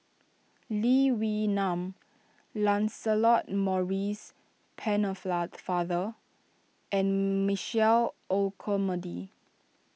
Lee Wee Nam Lancelot Maurice father and Michael Olcomendy